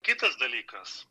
kitas dalykas